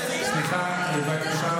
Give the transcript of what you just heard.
סימטריה.